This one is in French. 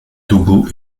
togo